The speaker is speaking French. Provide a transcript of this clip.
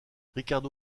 ricardo